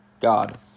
God